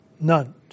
none